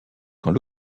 quand